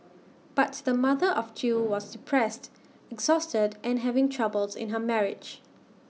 but the mother of two was depressed exhausted and having troubles in her marriage